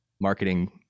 marketing